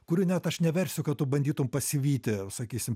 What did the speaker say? kurių net aš neversiu kad tu bandytum pasivyti sakysim